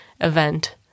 event